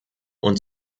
und